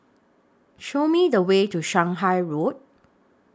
Show Me The Way to Shanghai Road